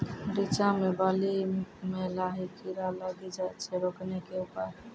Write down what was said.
रिचा मे बाली मैं लाही कीड़ा लागी जाए छै रोकने के उपाय?